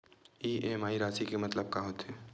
EMI राशि के मतलब का होथे?